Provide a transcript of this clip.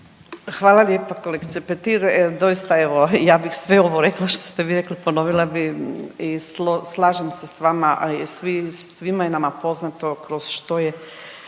Hvala lijepa kolegice Petir. Doista evo ja bih sve ovo rekla što ste vi rekli. Ponovila bi i slažem se sa vama svima je nama poznato kroz što